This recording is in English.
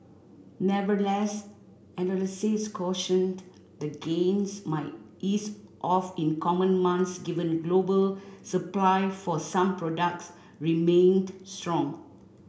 nevertheless analysts cautioned the gains might ease off in coming months given global supply for some products remained strong